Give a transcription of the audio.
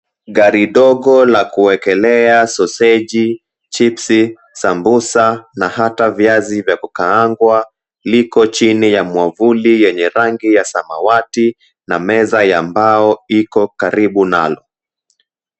Gari dogo la kuwekelea sausage, chipsi sambusa na hata viazi vya kukaangwa liko chini ya mwavuli wenye rangi ya samawati na meza ya mbao iko karibu nalo.